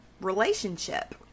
relationship